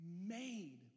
made